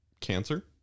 cancer